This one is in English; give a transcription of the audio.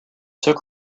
took